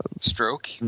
stroke